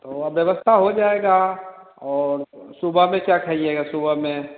वह व्यवस्था हो जाएगी और सुबह में क्या खाइएगा सुबह में